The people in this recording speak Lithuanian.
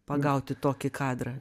pagauti tokį kadrą